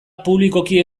publikoki